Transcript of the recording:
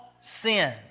sin